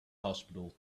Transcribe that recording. hospital